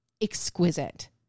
exquisite